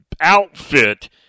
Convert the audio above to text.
outfit